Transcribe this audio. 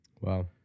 Wow